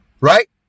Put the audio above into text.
Right